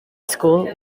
school